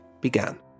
began